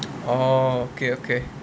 orh okay okay